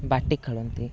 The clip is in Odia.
ବାଟି ଖେଳନ୍ତି